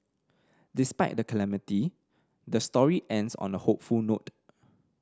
despite the calamity the story ends on a hopeful note